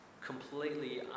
completely